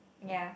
ya